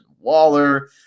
Waller